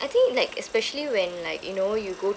I think like especially when like you know you go